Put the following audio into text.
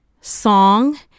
song